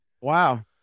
Wow